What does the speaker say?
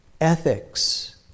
ethics